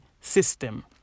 system